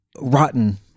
Rotten